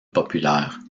populaires